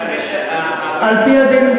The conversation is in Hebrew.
הבריטים, על-פי הדין,